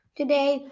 today